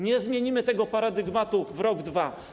Nie zmienimy tego paradygmatu w rok, 2 lata.